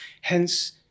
Hence